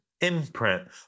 imprint